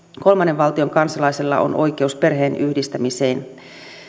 kolmannen valtion kansalaisella on oikeus perheenyhdistämiseen